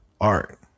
art